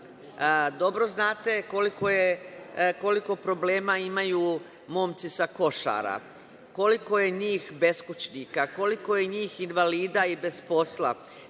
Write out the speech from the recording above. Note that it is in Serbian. doba. Dobro znate koliko problema imaju momci sa Košara. Koliko je njih beskućnika, koliko je njih invalida i bez posla.